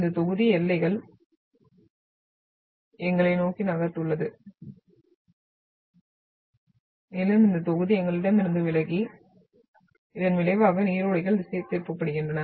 இந்த தொகுதி எங்களை நோக்கி நகர்ந்துள்ளது மேலும் இந்த தொகுதி எங்களிடமிருந்து விலகி இதன் விளைவாக நீரோடைகள் திசைதிருப்பப்படுகின்றன